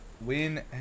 Win